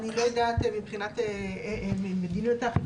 אני לא יודעת מבחינת מדיניות האכיפה,